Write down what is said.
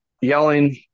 yelling